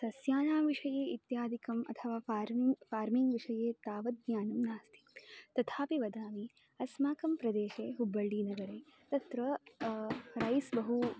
सस्यानां विषये इत्यादिकम् अथवा फ़ार्मि फ़ार्मिङ्ग् विषये तावद् ज्ञानं नास्ति तथा वदामि अस्माकं प्रदेशे हुब्बळ्ळीनगरे तत्र रैस् बहु